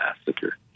Massacre